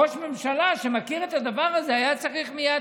ראש ממשלה שמכיר את הדבר הזה היה צריך מייד